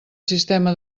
sistema